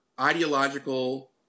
ideological